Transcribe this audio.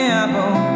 apple